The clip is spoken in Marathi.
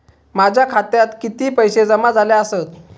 माझ्या खात्यात किती पैसे जमा झाले आसत?